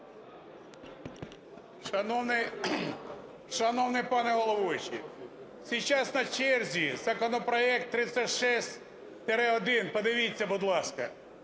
Шановний пане головуючий! Сейчас на черзі законопроект 36-1, подивіться, будь ласка.